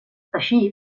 així